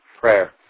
Prayer